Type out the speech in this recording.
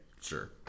sure